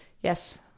Yes